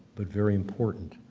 but very important.